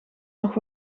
nog